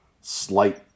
slight